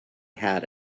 had